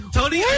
Tony